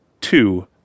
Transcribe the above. two